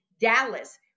Dallas